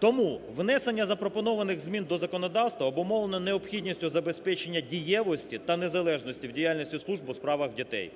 Тому внесення запропонованих змін до законодавства обумовлено необхідністю забезпечення дієвості та незалежності в діяльності служб у справах дітей.